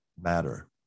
matter